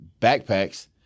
backpacks